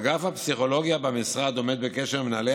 אגף הפסיכולוגיה במשרד עומד בקשר עם מנהלי